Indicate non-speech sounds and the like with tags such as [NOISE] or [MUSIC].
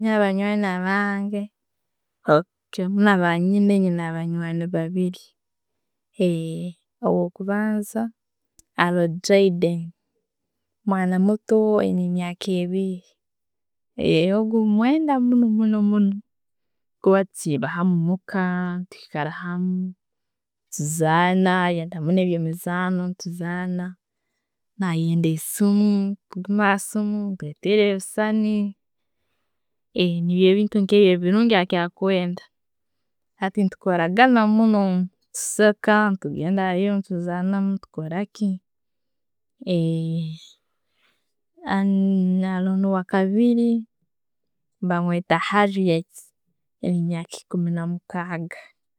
Nyowe abanjwani abange, [HESITATION] kiro kino benyine, nina banywani babiri. [HESITATION] Owo kubanza, haroho jayden, mwana muto, ayine emyaka ebiri. Ogwo mwenda muno muno muno, we tusiba naawe muka, twikarahamu, tuzana, ayenda muno ebyemizano, tuzana. Nayenda esiimu, aguma hasimu, kwetera ebisaani. Nibyo ebintu ebirungi akira kwenda, hati netukoragana muno, tuseka, tugenda aheru tuzanamu, tukoraki. [HESITATION] Owakabiri bamweta harriet, [HESITATION] we wa myaka ekumi namukaga. [LAUGHS]